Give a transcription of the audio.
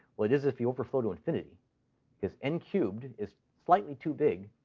well, it is if you overflow to infinity because n cubed is slightly too big.